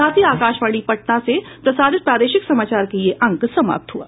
इसके साथ ही आकाशवाणी पटना से प्रसारित प्रादेशिक समाचार का ये अंक समाप्त हुआ